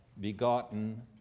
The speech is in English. begotten